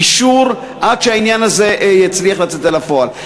גישור, עד שהעניין הזה יצא אל הפועל.